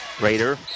Raider